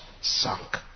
sunk